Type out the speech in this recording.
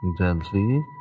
Gently